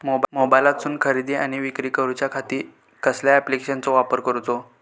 मोबाईलातसून खरेदी आणि विक्री करूच्या खाती कसल्या ॲप्लिकेशनाचो वापर करूचो?